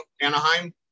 Anaheim